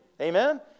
Amen